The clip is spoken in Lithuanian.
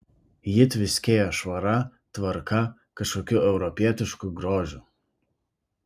ji tviskėjo švara tvarka kažkokiu europietišku grožiu